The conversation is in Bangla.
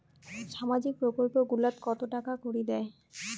সামাজিক প্রকল্প গুলাট কত টাকা করি দেয়?